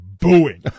booing